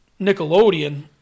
Nickelodeon